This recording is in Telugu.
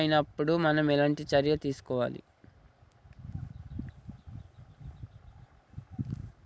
పంట వ్యాధి కి గురి అయినపుడు మనం ఎలాంటి చర్య తీసుకోవాలి?